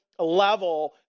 level